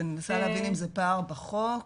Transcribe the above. אפשר להבין אם זה פער בחוק?